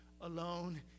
alone